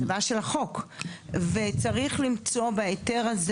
זה בעיה של החוק וצריך למצוא בהיתר הזה